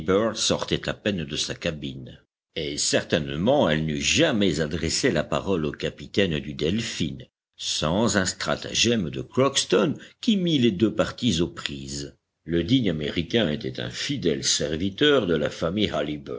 sortait à peine de sa cabine et certainement elle n'eût jamais adressé la parole au capitaine du delphin sans un stratagème de crockston qui mit les deux parties aux prises le digne américain était un fidèle serviteur de la famille